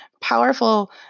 powerful